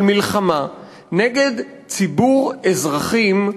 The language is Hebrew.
של מלחמה נגד ציבור אזרחים,